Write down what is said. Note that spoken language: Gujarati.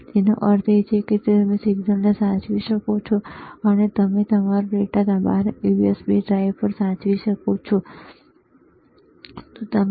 તેનો અર્થ એ કે તમે સિગ્નલને સાચવી શકો છો તમે તમારો ડેટા તમારી USB ડ્રાઇવ પર સાચવી શકો છો બરાબર ને